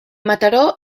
mataró